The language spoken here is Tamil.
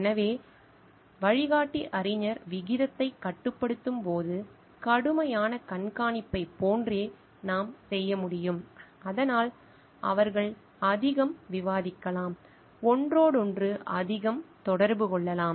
எனவே வழிகாட்டி அறிஞர் விகிதத்தைக் கட்டுப்படுத்தும் போது கடுமையான கண்காணிப்பைப் போன்றே நாம் செய்ய முடியும் அதனால் அவர்கள் அதிகம் விவாதிக்கலாம் ஒன்றோடொன்று அதிகம் தொடர்பு கொள்ளலாம்